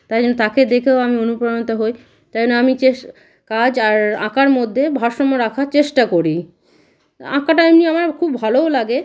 তাই জন্য তাকে দেখেও আমি অনুপ্রাণিত হই তাই জন্য আমি চেস কাজ আর আঁকার মধ্যে ভারসাম্য রাখার চেষ্টা করি আঁকাটা এমনি আমার খুব ভালোও লাগে